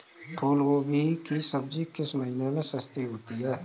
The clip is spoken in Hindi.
फूल गोभी की सब्जी किस महीने में सस्ती होती है?